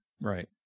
right